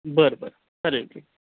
बरं बरं चालेल की